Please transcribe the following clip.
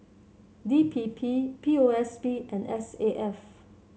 D P P P O S B and S A F